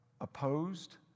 opposed